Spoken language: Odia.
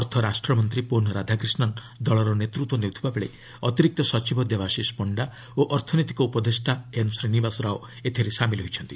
ଅର୍ଥରାଷ୍ଟ୍ରମନ୍ତ୍ରୀ ପୋନ୍ ରାଧାକ୍ରିଷ୍ଣନ୍ ଦଳର ନେତୃତ୍ୱ ନେଉଥିବା ବେଳେ ଅତିରିକ୍ତ ସଚିବ ଦେବାଶିଷ ପଣ୍ଡା ଓ ଅର୍ଥନୈତିକ ଉପଦେଷ୍ଟା ଏନ୍ ଶ୍ରୀନିବାସ ରାଓ ଏଥିରେ ସାମିଲ ହୋଇଛନ୍ତି